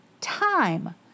Time